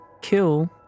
kill